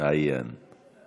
אדוני היושב-ראש,